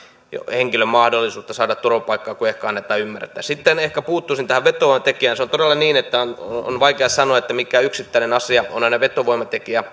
henkilön mahdollisuutta saada turvapaikkaa kuin ehkä annetaan ymmärtää sitten ehkä puuttuisin tähän vetovoimatekijään se on todella niin että on vaikea sanoa mikä yksittäinen asia on aina vetovoimatekijä